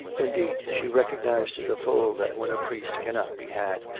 indeed, she recognised to the full that when a priest cannot be had,